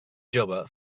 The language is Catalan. jove